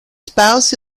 spouse